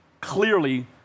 clearly